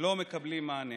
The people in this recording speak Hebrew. לא מקבלים מענה.